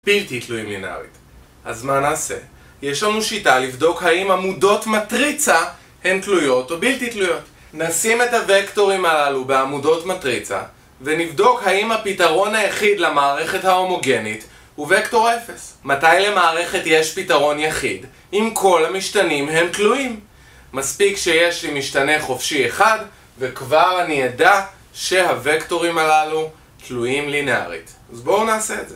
בלתי תלויים לינארית. אז מה נעשה? יש לנו שיטה לבדוק האם עמודות מטריצה הן תלויות או בלתי תלויות. נשים את הווקטורים הללו בעמודות מטריצה, ונבדוק האם הפתרון היחיד למערכת ההומוגנית הוא וקטור אפס. מתי למערכת יש פתרון יחיד? אם כל המשתנים הם תלויים. מספיק שיש לי משתנה חופשי אחד, וכבר אני אדע שהווקטורים הללו תלויים לינארית. אז בואו נעשה את זה.